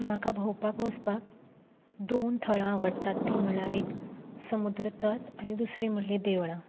म्हाका भोंवपाक वचपाक दोन थळां आवडटात ती म्हळ्यार एक समूद्र तट आनी दुसरीं म्हणल्यार देवळां